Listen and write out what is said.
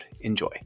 enjoy